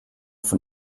von